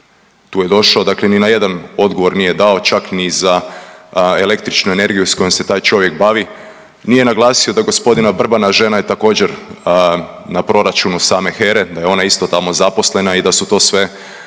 Tu je došao dakle ni na jedan odgovor nije dao čak ni za električnu energiju s kojom se taj čovjek bavi, nije naglasio da gospodina Vrbana žena je također na proračuna same HERE da je ona isto tamo zaposlena i da su to sve